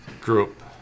group